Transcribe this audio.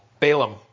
Balaam